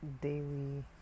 daily